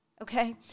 Okay